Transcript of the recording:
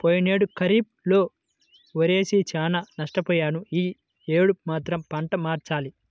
పోయినేడు ఖరీఫ్ లో వరేసి చానా నష్టపొయ్యాను యీ యేడు మాత్రం పంట మార్చాలి